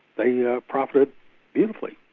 they yeah profited beautifully.